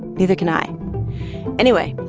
neither can i anyway,